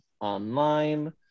online